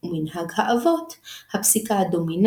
ערך מורחב – מנהג המדינה